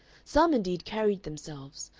some indeed carried themselves,